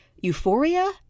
euphoria